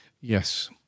Yes